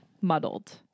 muddled